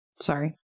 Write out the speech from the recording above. sorry